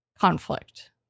conflict